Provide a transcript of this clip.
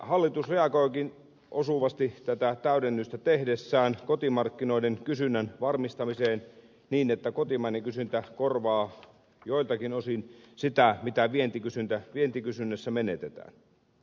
hallitus reagoikin osuvasti tätä täydennystä tehdessään kotimarkkinoiden kysynnän varmistamiseen niin että kotimainen kysyntä korvaa joiltakin osin sitä mitä vientikysynnässä menetetään